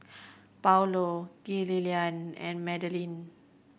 Paulo Gillian and Madeline